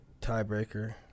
tiebreaker